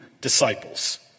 disciples